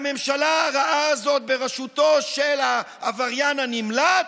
הממשלה הרעה הזאת, בראשותו של העבריין הנמלט,